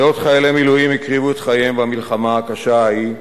מאות חיילי מילואים הקריבו את חייהם במלחמה הקשה ההיא,